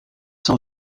cent